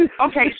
Okay